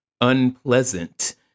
unpleasant